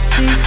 See